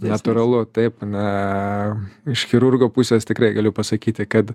natūralu taip na iš chirurgo pusės tikrai galiu pasakyti kad